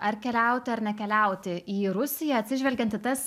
ar keliauti ar nekeliauti į rusiją atsižvelgiant į tas